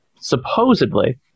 supposedly